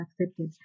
accepted